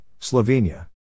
Slovenia